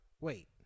wait